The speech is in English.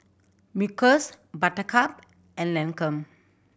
Smuckers Buttercup and Lancome